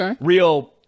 real